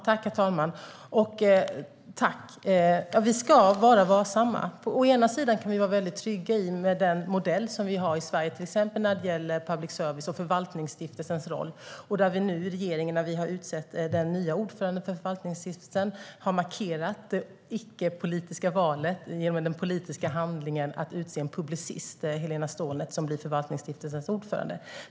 Herr talman! Vi ska vara varsamma. Å ena sidan kan vi vara väldigt trygga med den modell vi har i Sverige, till exempel när det gäller public service och Förvaltningsstiftelsens roll. När regeringen nu har utsett den nya ordföranden för Förvaltningsstiftelsen har vi markerat det icke-politiska valet genom den politiska handlingen att utse en publicist, Helena Stålnert, till ordförande.